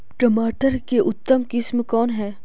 टमाटर के उतम किस्म कौन है?